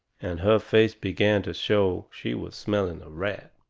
and her face begun to show she was smelling a rat.